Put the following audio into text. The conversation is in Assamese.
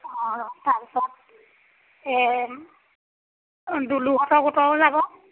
অঁ তাৰ পিছত এই দুলুহঁতৰ গোটৰো যাব